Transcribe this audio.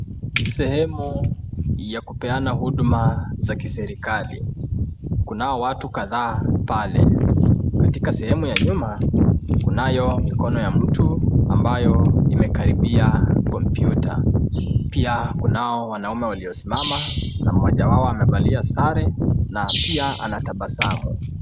Sehemu ya kupeana huduma za kiserikali. Kunao watu kadhaa pale. Katika sehemu ya nyuma kunayo mikono ya mtu ambayo imekaribia kompyuta. Pia kunao wanaume waliosimama na mmoja wao amevalia sare na pia anatabasamu.